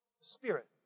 Spirit